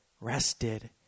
rested